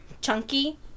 chunky